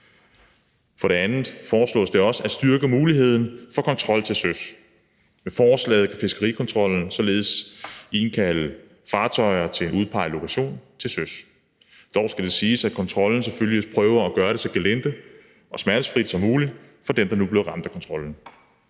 For det andet foreslås det også at styrke muligheden for kontrol til søs. Med forslaget kan fiskerikontrollen således indkalde fartøjer til en udpeget lokation til søs. Dog skal det siges, at kontrollen selvfølgelig prøver at gøre det så gelinde og smertefrit som muligt for dem, der nu bliver ramt af kontrollen.